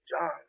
John